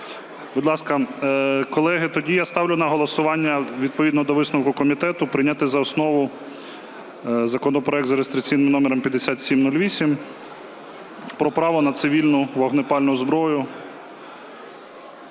Будь ласка, колеги, тоді я ставлю на голосування відповідно до висновку комітету прийняти за основу законопроект з реєстраційним номером 5708 про право на цивільну вогнепальну зброю